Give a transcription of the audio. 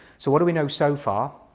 so what do we know so far?